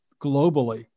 globally